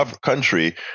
country